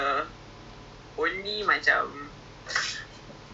ada some fees involved right like apa tu